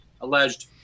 alleged